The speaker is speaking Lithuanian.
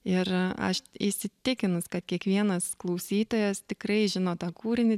ir aš įsitikinus kad kiekvienas klausytojas tikrai žino tą kūrinį